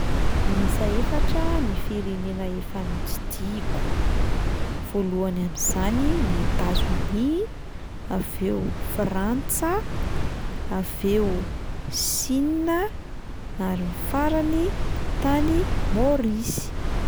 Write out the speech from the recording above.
Miisa efatra ny firenena efa notsidihiko: voalohany amin'izany ny Etazonia, avy eo Frantsa, avy eo Sina ary ny farany tany Maorisy.